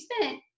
spent